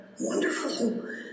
wonderful